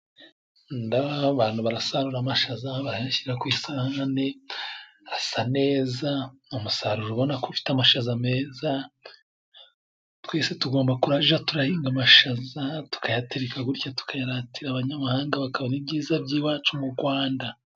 Abantu barasarura amashaza bayashyira ku isahane, asa neza umusaruro ubona ko ufite amashaza meza. Twese tugomba kuraja turayahinga, amashaza tukayatereka gutyo tukayaratira abanyamahanga bakabona ibyiza by'iwacu mu Rwanda.